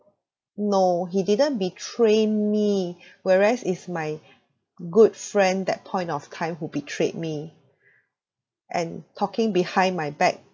no he didn't betray me whereas it's my good friend that point of time who betrayed me and talking behind my back